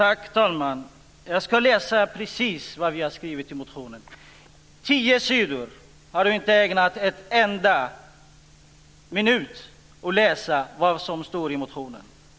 Fru talman! Jag ska läsa precis vad vi har skrivit i motionen. Sten Tolgfors har inte ägnat en enda minut åt att läsa de tio sidorna i motionen.